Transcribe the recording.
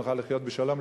ונוכל לחיות בשלום,